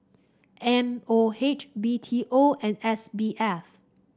M O H B T O and S B F